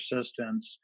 Assistance